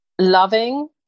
loving